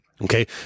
Okay